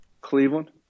Cleveland